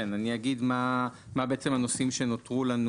15:31) כן אני אגיד מה בעצם הנושאים שנותרו לנו